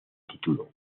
título